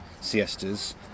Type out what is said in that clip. siestas